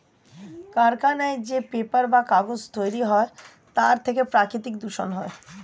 কলকারখানায় যে পেপার বা কাগজ তৈরি হয় তার থেকে প্রাকৃতিক দূষণ হয়